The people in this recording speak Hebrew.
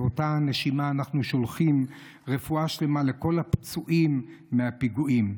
באותה הנשימה אנחנו שולחים רפואה שלמה לכל הפצועים מהפיגועים.